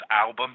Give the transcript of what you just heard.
album